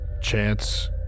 chance